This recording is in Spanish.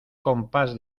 compás